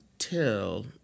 till